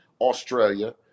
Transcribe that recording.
Australia